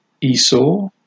Esau